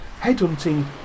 headhunting